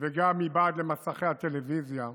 וגם מבעד למסכי הטלוויזיה,